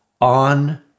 on